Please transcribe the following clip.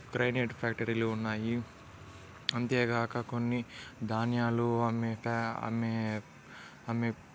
granite ఫ్యాక్టరీలు ఉన్నాయి అంతేకాక కొన్ని ధాన్యాలు అన్ని అమ్మే అమ్మే